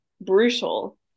brutal